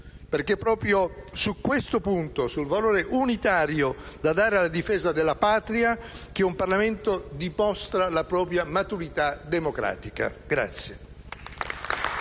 perché è proprio su questo punto, sul valore unitario da dare alla difesa della Patria, che un Parlamento dimostra la propria maturità democratica.